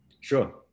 Sure